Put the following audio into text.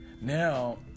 now